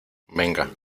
venga